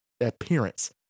appearance